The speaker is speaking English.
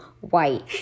white